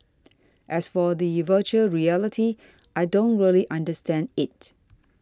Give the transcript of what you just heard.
as for the Virtual Reality I don't really understand it